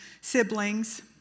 siblings